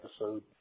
episode